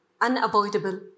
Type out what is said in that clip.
unavoidable